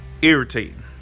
Irritating